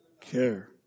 care